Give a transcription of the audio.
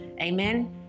Amen